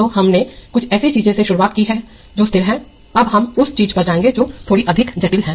तोहमने कुछ ऐसी चीज़ से शुरुआत की है जो स्थिर है अब हम उस चीज़ पर जाएंगे जो थोड़ी अधिक जटिल है